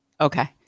okay